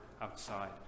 outside